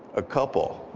a couple.